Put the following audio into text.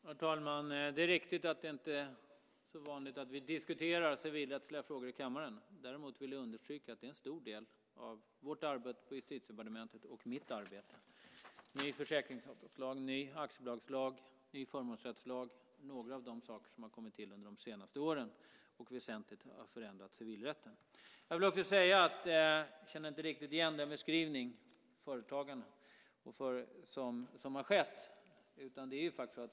Herr talman! Det är riktigt att det inte är så vanligt att vi diskuterar civilrättsliga frågor i kammaren. Däremot vill jag understryka att det är en stor del av vårt arbete på Justitiedepartementet och av mitt arbete. Ny försäkringsavtalslag, ny aktiebolagslag och ny förmånsrättslag är några av de saker som har kommit till under de senaste åren och som väsentligt har förändrat civilrätten. Jag vill också säga att jag inte riktigt känner igen den beskrivning av företagarna som ges.